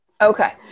okay